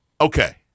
okay